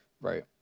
right